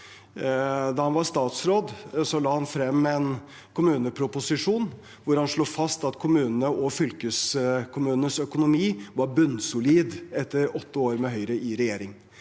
Da han var statsråd, la han frem en kommuneproposisjon hvor han slo fast at kommunenes og fylkeskommunenes økonomi var bunnsolid etter åtte år med Høyre i regjering.